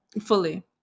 Fully